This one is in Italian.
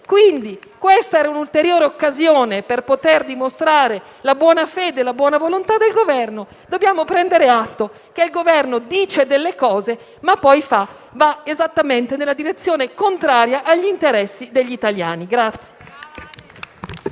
Questa era un'ulteriore occasione per poter dimostrare la buona fede e la buona volontà dell'Esecutivo. Dobbiamo prendere atto che il Governo fa delle affermazioni, ma poi va esattamente nella direzione contraria agli interessi degli italiani.